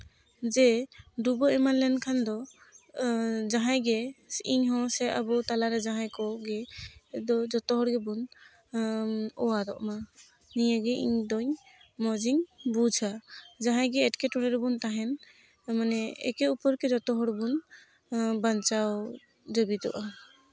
ᱡᱮ ᱰᱩᱵᱟᱹ ᱮᱢᱟᱱ ᱞᱮᱱᱠᱷᱟᱱ ᱫᱚ ᱡᱟᱦᱟᱸᱭ ᱜᱮ ᱤᱧᱦᱚᱸ ᱥᱮ ᱟᱵᱚ ᱛᱟᱞᱟᱨᱮ ᱡᱟᱦᱟᱸᱭ ᱠᱚᱜᱮᱡᱚᱛᱚ ᱦᱚᱲ ᱜᱮᱵᱚᱱ ᱚᱣᱟᱨᱚᱜ ᱢᱟ ᱱᱤᱭᱟᱹᱜᱮ ᱤᱧᱫᱚᱧ ᱢᱚᱡᱽ ᱤᱧ ᱵᱩᱡᱽᱼᱟ ᱡᱟᱦᱟᱸᱭᱜᱮ ᱮᱸᱴᱠᱮᱴᱚᱬᱮ ᱨᱮᱵᱚᱱ ᱛᱟᱦᱮᱱ ᱢᱟᱱᱮ ᱮᱠᱮ ᱚᱯᱚᱨᱠᱮ ᱡᱚᱛᱚ ᱦᱚᱲᱵᱚᱱ ᱵᱟᱧᱪᱟᱣ ᱞᱟᱹᱜᱤᱫᱚᱜᱼᱟ